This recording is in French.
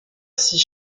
six